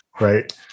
right